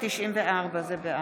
אם אין,